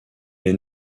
est